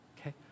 okay